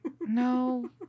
no